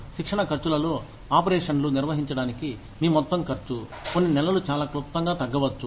శిక్షణ ఖర్చులలో ఆపరేషన్ను నిర్వహించడానికి మీ మొత్తం ఖర్చు కొన్ని నెలలు చాలా క్లుప్తంగా తగ్గవచ్చు